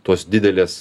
tos didelės